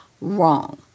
Wrong